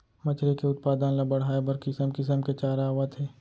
मछरी के उत्पादन ल बड़हाए बर किसम किसम के चारा आवत हे